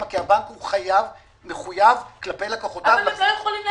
כי הבנק מחויב כלפי לקוחותיו --- אבל הם לא יכולים להחזיר.